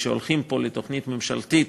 כשהולכים פה על תוכנית ממשלתית,